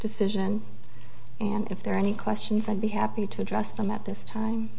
decision and if there are any questions i'd be happy to address them at this time